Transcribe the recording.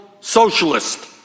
Socialist